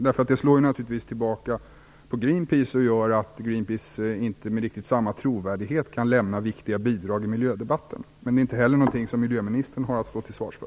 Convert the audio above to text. Det slår tillbaka på Greenpeace och gör att de inte med samma trovärdighet kan lämna viktiga bidrag i miljödebatten. Men det är inte heller någonting som miljöministern har att stå till svars för.